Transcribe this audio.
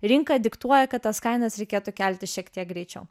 rinka diktuoja kad tas kainas reikėtų kelti šiek tiek greičiau